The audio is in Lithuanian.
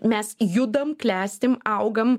mes judam klestim augam